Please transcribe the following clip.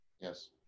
Yes